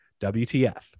WTF